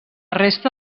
resta